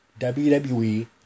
WWE